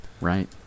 Right